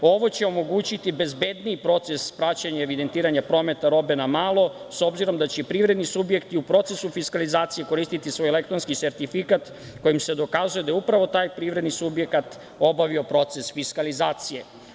Ovo će omogućiti bezbedniji proces praćenja i evidentiranja prometa robe na malo, s obzirom da će i privredni subjekti u procesu fiskalizacije koristiti svoj elektronski sertifikat kojim se dokazuje da je upravo taj privredni subjekat obavio proces fiskalizacije.